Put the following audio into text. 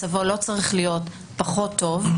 מצבו לא צריך להיות פחות טוב,